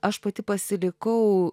aš pati pasilikau